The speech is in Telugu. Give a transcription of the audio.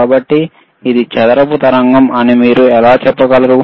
కాబట్టి ఇది చదరపు తరంగం అని మీరు ఎలా చెప్పగలరు